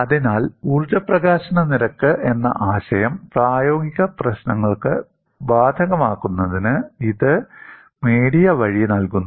അതിനാൽ ഊർജ്ജ പ്രകാശന നിരക്ക് എന്ന ആശയം പ്രായോഗിക പ്രശ്നങ്ങൾക്ക് ബാധകമാക്കുന്നതിന് ഇത് മീഡിയ വഴി നൽകുന്നു